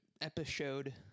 episode